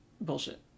bullshit